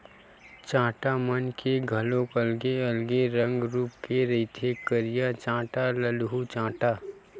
चाटा मन के घलोक अलगे अलगे रंग रुप के रहिथे करिया चाटा, ललहूँ चाटा